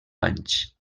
anys